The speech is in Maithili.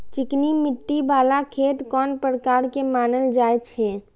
चिकनी मिट्टी बाला खेत कोन प्रकार के मानल जाय छै?